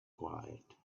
quiet